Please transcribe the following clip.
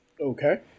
Okay